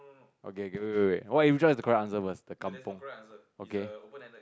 okay okay wait wait wait which one is the correct answer first the kampung okay